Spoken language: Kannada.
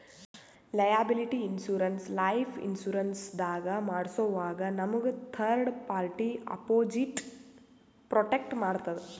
ಲಯಾಬಿಲಿಟಿ ಇನ್ಶೂರೆನ್ಸ್ ಲೈಫ್ ಇನ್ಶೂರೆನ್ಸ್ ದಾಗ್ ಮಾಡ್ಸೋವಾಗ್ ನಮ್ಗ್ ಥರ್ಡ್ ಪಾರ್ಟಿ ಅಪೊಸಿಟ್ ಪ್ರೊಟೆಕ್ಟ್ ಮಾಡ್ತದ್